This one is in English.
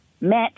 met